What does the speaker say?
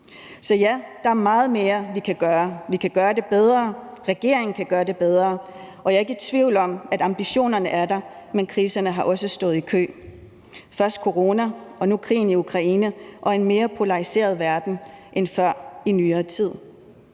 Så ja, der er meget mere, vi kan gøre. Vi kan gøre det bedre, regeringen kan gøre det bedre, og jeg er ikke i tvivl om, at ambitionerne er der, men kriserne har også stået i kø. Først corona, nu krigen i Ukraine, en mere polariseret verden end før i nyere tid